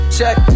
Check